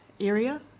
area